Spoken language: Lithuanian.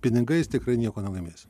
pinigais tikrai nieko nelaimėsiu